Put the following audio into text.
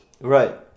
Right